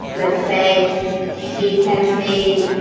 let's say he sends me,